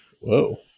Whoa